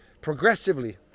progressively